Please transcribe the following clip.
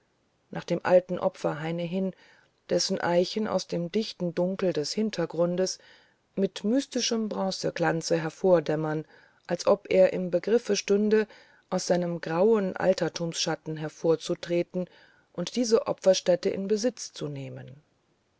nach dem alten opferhaine hin dessen eichen aus dem dichten dunkel des hintergrundes mit mystischem bronzeglanze hervordämmern als ob er im begriffe stünde aus seinem grauen altertumsschatten hervorzutreten und diese opferstätte in besitz zu nehmen